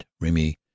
Remy